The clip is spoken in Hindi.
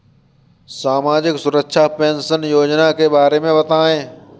सामाजिक सुरक्षा पेंशन योजना के बारे में बताएँ?